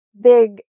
big